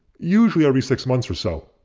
usually every six months or so.